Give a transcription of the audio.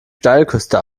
steilküste